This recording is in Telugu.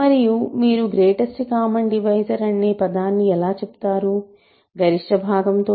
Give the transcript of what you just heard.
మరియు మీరు గ్రేటెస్ట్ కామన్ డివైజర్ అనే పదాన్నిఎలా చెప్తారు గరిష్ట భాగంతోనా